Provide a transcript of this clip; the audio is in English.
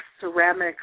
ceramics